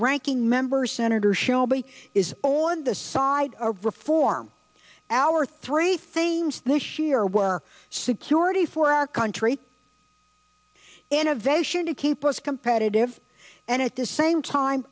ranking member senator shelby is on this side a reform our three things this year were security for our country and a vision to keep us competitive and at the same time